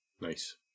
Nice